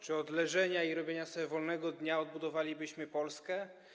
Czy od leżenia i robienia sobie wolnego dnia odbudowalibyśmy Polskę?